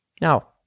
Now